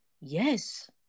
yes